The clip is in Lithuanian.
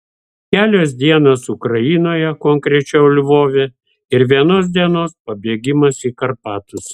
kelios dienos ukrainoje konkrečiau lvove ir vienos dienos pabėgimas į karpatus